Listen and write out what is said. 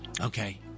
Okay